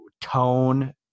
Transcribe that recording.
tone